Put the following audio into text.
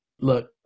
Look